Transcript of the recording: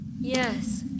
Yes